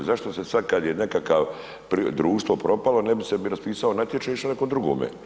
Zašto se sad kad je nekakav društvo, propalo ne bi sebi raspisao natječaj i išao nekom drugome?